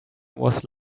was